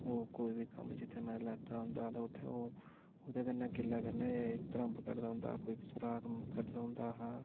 ओह् कोई बी कम्म जि'त्थें में लैता होंदा ते उ'त्थें ओह् ओहदे कन्नै किल्ले कन्नै गै धरम्ब कड्डदा होंदा हा कोई सुराख कड्ढना होंदा हा